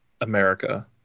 America